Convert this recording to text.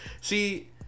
See